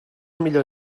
millor